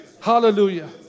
Hallelujah